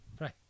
Right